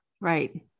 Right